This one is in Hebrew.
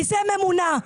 כיסא ממונע.